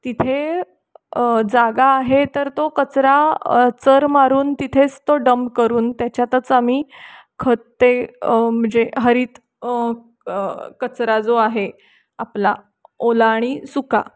तिथे जागा आहे तर तो कचरा चर मारून तिथेच तो डम्प करून त्याच्यातच आम्ही खते म्हणजे हरीत कचरा जो आहे आपला ओला आणि सुका